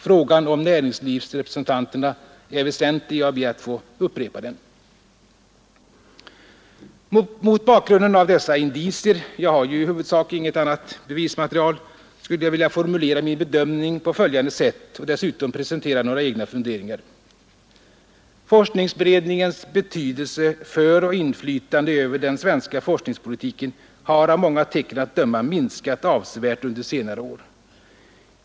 Frågan om näringslivsrepresentanterna är väsentlig, och jag ber att få upprepa den. Mot bakgrunden av dessa indicier — jag har ju i huvudsak inget annat ”bevismaterial” — skulle jag vilja formulera min bedömning på följande sätt och dessutom presentera några egna funderingar. Forskningsberedningens betydelse för och inflytande över den svenska forskningspolitiken har av många tecken att döma minskat avsevärt under senare år.